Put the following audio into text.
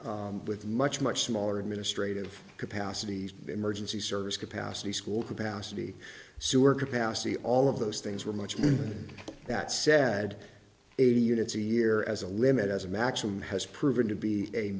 with much much smaller administrative capacities emergency service capacity school capacity sewer capacity all of those things were much more than that said eighty units a year as a limit as a maximum has proven to be a